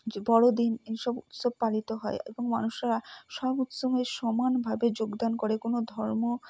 যে বড়দিন এইসব উৎসব পালিত হয় এবং মানুষরা সব উৎসবে সমানভাবে যোগদান করে কোনো ধর্ম